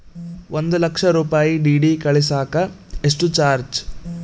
ಒಂದು ಲಕ್ಷ ರೂಪಾಯಿ ಡಿ.ಡಿ ಕಳಸಾಕ ಎಷ್ಟು ಚಾರ್ಜ್?